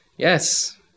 Yes